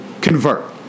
convert